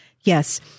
yes